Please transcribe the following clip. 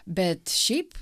bet šiaip